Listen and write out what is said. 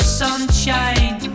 sunshine